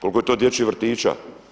Koliko je to dječjih vrtića?